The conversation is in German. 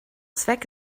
zweck